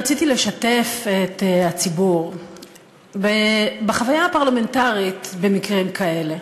רציתי לשתף את הציבור בחוויה הפרלמנטרית במקרים כאלה.